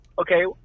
okay